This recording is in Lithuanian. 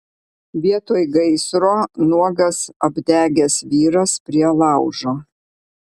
vietoj gaisro nuogas apdegęs vyras prie laužo